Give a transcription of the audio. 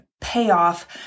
payoff